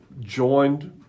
joined